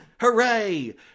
Hooray